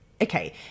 Okay